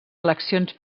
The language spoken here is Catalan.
eleccions